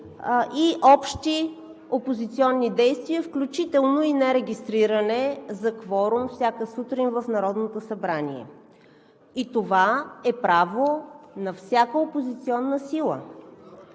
и общи опозиционни действия, включително и нерегистриране за кворум всяка сутрин в Народното събрание – и това е право на всяка опозиционна сила.